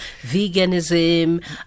veganism